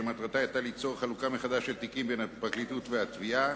שמטרתה היתה ליצור חלוקה מחדש של תיקים בין הפרקליטות והתביעה,